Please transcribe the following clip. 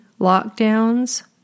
lockdowns